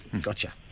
gotcha